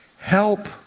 help